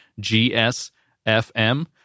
gsfm